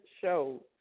show